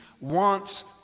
wants